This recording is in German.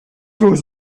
muss